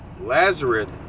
Lazarus